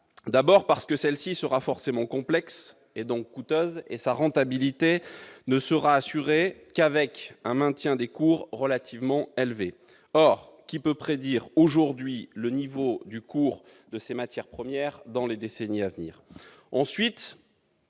D'abord, celle-ci sera forcément complexe, donc coûteuse, et sa rentabilité ne sera assurée qu'avec le maintien de cours relativement élevés. Or, qui peut prédire aujourd'hui quel sera le cours de ces matières premières dans les décennies à venir ? Ensuite,